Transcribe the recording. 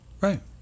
Right